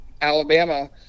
Alabama